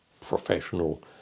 professional